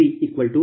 763122